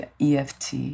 EFT